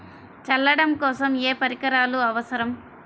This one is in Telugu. చల్లడం కోసం ఏ పరికరాలు అవసరం?